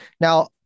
Now